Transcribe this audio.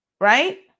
right